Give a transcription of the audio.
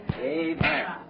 Amen